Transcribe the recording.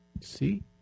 See